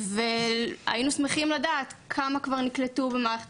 היינו שמחים לדעת כמה כבר נקלטו במערכת